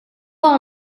all